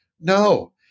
no